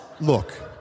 Look